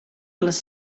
les